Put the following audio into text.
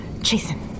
Jason